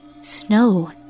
Snow